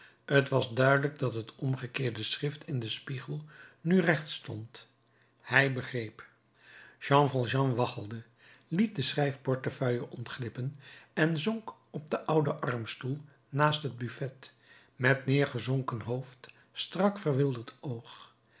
t was duidelijk dat het omgekeerde schrift in den spiegel nu recht stond hij begreep jean valjean waggelde liet de schrijfportefeuille ontglippen en zonk op den ouden armstoel naast het buffet met neergezonken hoofd strak verwilderd oog